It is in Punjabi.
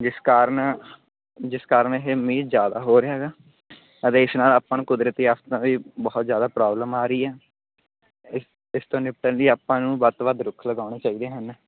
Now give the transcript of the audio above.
ਜਿਸ ਕਾਰਨ ਜਿਸ ਕਾਰਨ ਇਹ ਮੀਂਹ ਜ਼ਿਆਦਾ ਹੋ ਰਿਹਾ ਹੈਗਾ ਅਤੇ ਇਸ ਨਾਲ ਆਪਾਂ ਨੂੰ ਕੁਦਰਤੀ ਆਫਤਾਂ ਦੀ ਬਹੁਤ ਜ਼ਿਆਦਾ ਪ੍ਰੋਬਲਮ ਆ ਰਹੀ ਆ ਇਸ ਇਸ ਤੋਂ ਨਿਪਟਣ ਲਈ ਆਪਾਂ ਨੂੰ ਵੱਧ ਤੋਂ ਵੱਧ ਰੁੱਖ ਲਗਾਉਣੇ ਚਾਹੀਦੇ ਹਨ